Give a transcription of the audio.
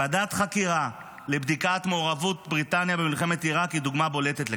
ועדת חקירה לבדיקת מעורבות בריטניה במלחמת עיראק היא דוגמה בולטת לכך.